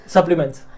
Supplements